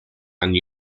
and